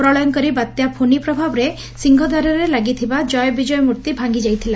ପ୍ରଳୟଙ୍କରୀ ବାତ୍ୟା ଫୋନି ପ୍ରଭାବରେ ସିଂହଦ୍ୱାରରେ ଲାଗିଥିବା ଜୟ ବିଜୟ ମୂର୍ତି ଭାଙ୍ଗିଯାଇଥିଲା